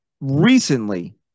recently